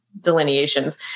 delineations